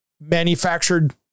manufactured